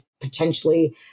potentially